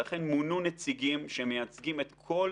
ולכן מונו נציגים שמייצגים את כל